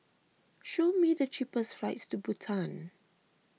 show me the cheapest flights to Bhutan